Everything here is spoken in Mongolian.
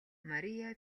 мария